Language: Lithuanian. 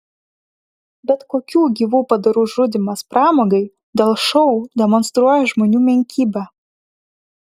bet kokių gyvų padarų žudymas pramogai dėl šou demonstruoja žmonių menkybę